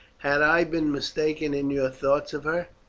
have i been mistaken in your thoughts of her?